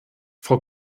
frau